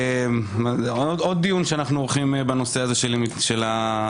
עוד דיון שאנחנו עורכים בנושא ההתעללויות,